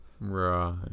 Right